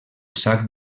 sac